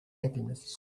happiness